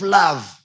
love